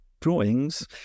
drawings